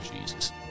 Jesus